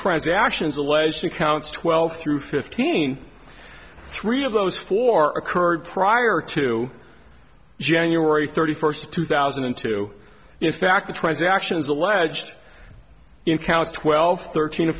transactions alleged accounts twelve through fifteen three of those four occurred prior to january thirty first two thousand and two in fact the transactions alleged in counts twelve thirteen